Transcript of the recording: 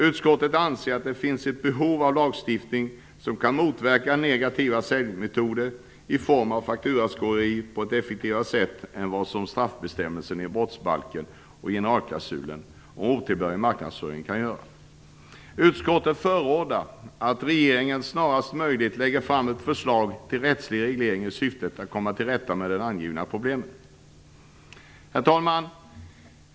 Utskottet anser att det finns ett behov av lagstiftning som kan motverka negativa säljmetoder i form av fakturaskojeri på ett effektivare sätt än vad straffbestämmelserna i brottsbalken och generalklausulen om otillbörlig marknadsföring kan göra. Utskottet förordar att regeringen snarast möjligt lägger fram ett förslag till rättslig reglering i syfte att komma till rätta med det angivna problemet. Herr talman!